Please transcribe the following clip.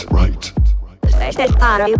right